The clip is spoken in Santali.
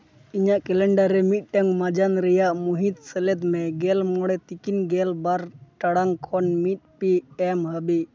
ᱤᱧᱟᱹᱜ ᱠᱮᱞᱮᱱᱰᱟᱨ ᱨᱮ ᱢᱤᱫᱴᱟᱱ ᱢᱟᱡᱟᱱ ᱨᱮᱭᱟᱜ ᱢᱟᱹᱦᱤᱛ ᱥᱮᱞᱮᱫ ᱢᱮ ᱜᱮᱞ ᱢᱚᱬᱮ ᱛᱤᱠᱤᱱ ᱜᱮᱞ ᱵᱟᱨ ᱴᱟᱲᱟᱝ ᱠᱷᱚᱱ ᱢᱤᱫ ᱯᱤ ᱮᱢ ᱦᱟᱹᱵᱤᱡ